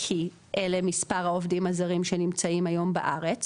כי אלה מספר העובדים הזרים שנמצאים היום בארץ